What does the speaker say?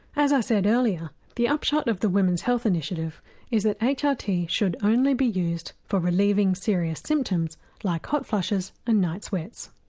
as i said earlier the upshot of the women's health initiative is that hrt should only be used for relieving serious symptoms like hot flushes and night sweats.